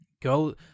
go